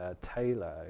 Taylor